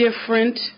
different